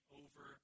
over